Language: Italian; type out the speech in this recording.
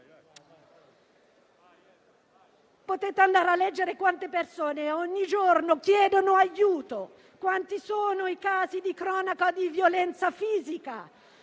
Potete andare a leggere quante persone ogni giorno chiedono aiuto, quanti sono i casi di cronaca di violenza fisica